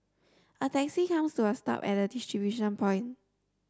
a taxi comes to a stop at the distribution point